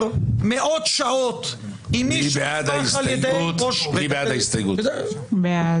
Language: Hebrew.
מאוד שעות עם מי --- נצביע על הסתייגות 205. מי בעד?